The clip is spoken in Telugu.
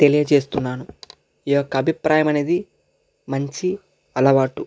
తెలియచేస్తున్నాను ఈ యొక్క అభిప్రాయం అనేది మంచి అలవాటు